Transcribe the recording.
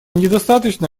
недостаточно